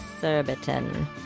Surbiton